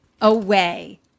Away